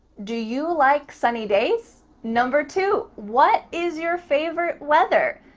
do you like sunny days? number two, what is your favorite weather?